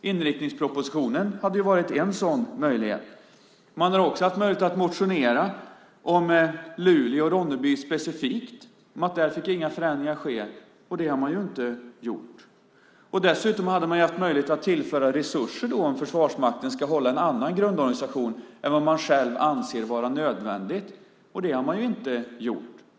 Inriktningspropositionen hade varit en sådan möjlighet. Man har också haft möjlighet att motionera om Luleå och Ronneby specifikt, om att inga förändringar får ske där. Det har man inte gjort. Dessutom hade man haft möjlighet att tillföra resurser om nu Försvarsmakten ska hålla en annan grundorganisation än man själv anser vara nödvändig. Det har man inte gjort.